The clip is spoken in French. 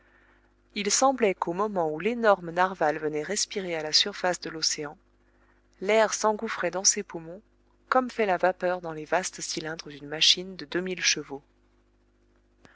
il semblait qu'au moment où l'énorme narwal venait respirer à la surface de l'océan l'air s'engouffrait dans ses poumons comme fait la vapeur dans les vastes cylindres d'une machine de deux mille chevaux